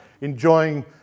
enjoying